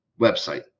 website